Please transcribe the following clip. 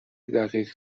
دقیق